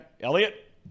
Elliot